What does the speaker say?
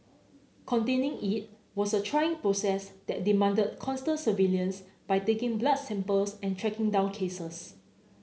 containing it was a trying process that demanded constant surveillance by taking blood samples and tracking down cases